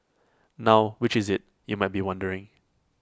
now which is IT you might be wondering